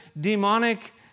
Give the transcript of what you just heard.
demonic